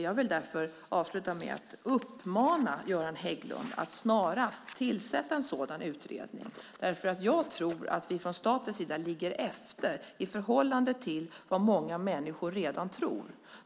Jag vill därför avsluta med att uppmana Göran Hägglund att snarast tillsätta en sådan utredning, därför att jag tror att vi från statens sida ligger efter i förhållande till vad många människor redan tror.